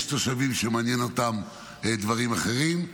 יש תושבים שמעניין אותם דברים אחרים.